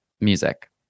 music